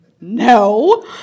No